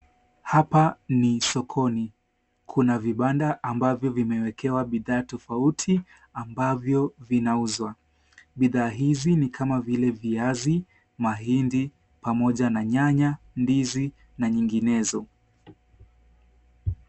Hapa ni sokoni, kuna vibanda ambavyo vimewekewa bidhaa tofauti ambavyo vinauzwa. Bidhaa hizi ni kama vile viazi, mahindi pamoja na nyanya, ndizi na nyinginezo.